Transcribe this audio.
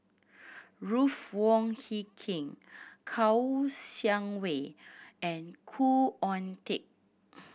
Ruth Wong Hie King Kouo Shang Wei and Khoo Oon Teik